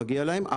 מגיע להם,